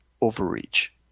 overreach